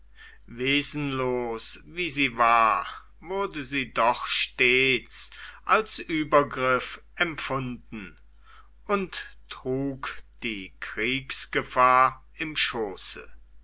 wesenlos wie sie war wurde sie doch stets als übergriff empfunden und trug die kriegsgefahr im schoße